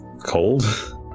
cold